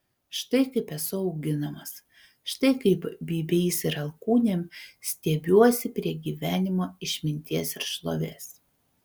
štai kaip esu auginamas štai kaip bybiais ir alkūnėm stiebiuosi prie gyvenimo išminties ir šlovės